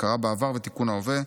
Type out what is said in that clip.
הכרה בעבר ותיקון ההווה,